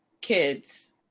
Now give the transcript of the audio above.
kids